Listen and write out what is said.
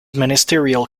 ministerial